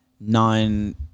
nine